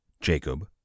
Jacob